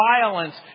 violence